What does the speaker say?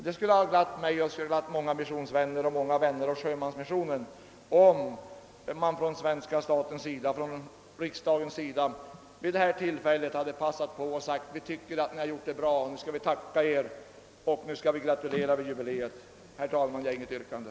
Det skulle ha glatt mig och många vänner av sjömansmissionen, om man från riksdagens sida vid detta tillfälle hade passat på att säga: Vi tycker att ni har gjort det bra, och nu skall vi tacka er och gratulera er vid jubileet. Herr talman! Jag har inget yrkande.